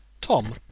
Tom